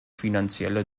finanzielle